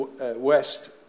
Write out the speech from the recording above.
west